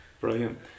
Brilliant